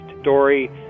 story